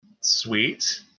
Sweet